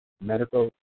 medical